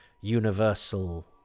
universal